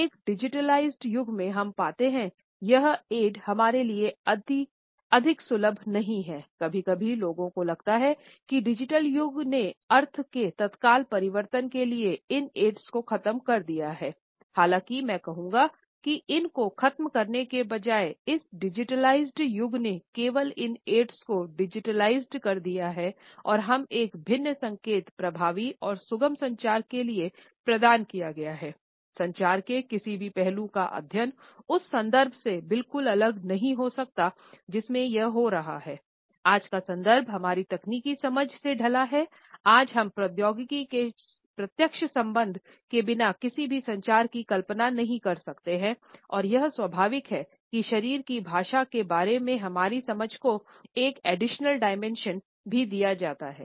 एक डिजिटलिज़्ड भी दिया जाता है